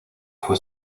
fue